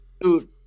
Dude